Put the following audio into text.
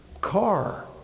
car